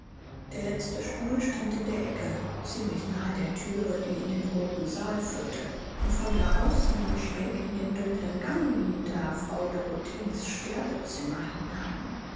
der letzte stuhl stand in der ecke ziemlich nahe der thüre die in den roten salon führte und von da aus sah man schräg in den dunklen gang hinter frau dorotheens sterbezimmer hinein